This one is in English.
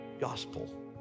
gospel